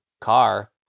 car